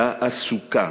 תעסוקה.